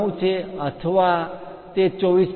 9 છે અથવા તે 24